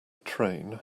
train